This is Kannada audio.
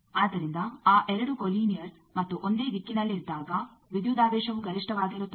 ಆದ್ದರಿಂದ ಆ 2 ಕೊಲೀನಿಯರ್ ಮತ್ತು ಒಂದೇ ದಿಕ್ಕಿನಲ್ಲಿದ್ದಾಗ ವಿದ್ಯುದಾವೇಶವು ಗರಿಷ್ಟವಾಗಿರುತ್ತದೆ